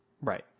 Right